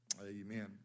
Amen